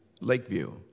Lakeview